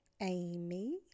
Amy